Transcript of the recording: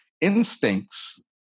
instincts